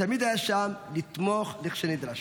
ותמיד היה שם לתמוך כשנדרש.